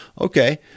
Okay